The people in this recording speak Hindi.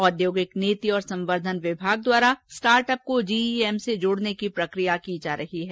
औद्योगिक नीति और संवर्द्वन विभाग द्वारा स्टार्टअप को जीईएम से जोड़ने की प्रक्रिया चल रही है